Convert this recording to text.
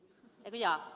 media